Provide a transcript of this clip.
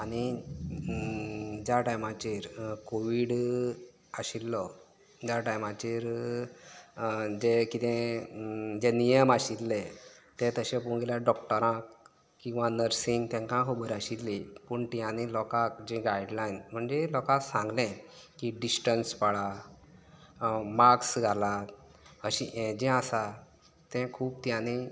आनी ज्या टायमाचेर कोविड आशिल्लो त्या टायमाचेर तें कितें जे नियम आशिल्ले तें तशे पळोवंक गेल्यार डॉक्टराक किंवां नर्सिंक तेंका खबर आशिल्ली पूण तीं आनी लोकाक जी गायडलायन म्हणजे लोका सांगलें की डिस्टन्स पाळा मास्क घालां अशें यें जें आसा तें खूब त्यानी